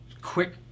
quick